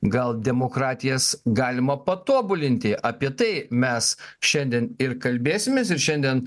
gal demokratijas galima patobulinti apie tai mes šiandien ir kalbėsimės ir šiandien